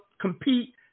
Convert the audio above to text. compete